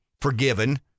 forgiven